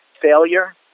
failure